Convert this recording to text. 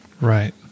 Right